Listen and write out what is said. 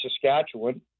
Saskatchewan